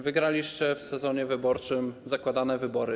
Wygraliście w sezonie wyborczym zakładane wybory.